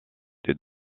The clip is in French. des